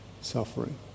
suffering